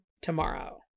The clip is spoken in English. tomorrow